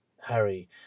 Harry